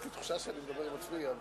יש לי תחושה שאני מדבר עם עצמי.